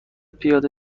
پیاده